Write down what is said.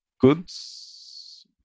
goods